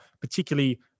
particularly